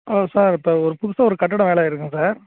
hello sir இப்போ ஒரு புதுசாக ஒரு கட்டிடம் வேலை ஆயிருக்குதுங்க சார்